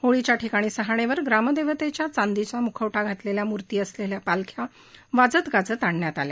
होळीच्या ठिकाणी असलेल्या सहाणेवर ग्रामदेवतेच्या चांदीचा मुखवटा घातलेल्या मूर्ती असलेल्या पालख्या वाजत गाजत आणण्यात आल्या